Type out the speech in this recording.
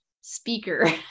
speaker